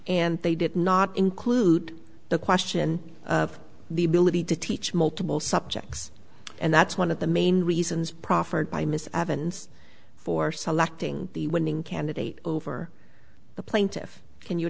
and they did not include the question of the ability to teach multiple subjects and that's one of the main reasons proffered by ms evans for selecting the winning candidate over the plaintiff can you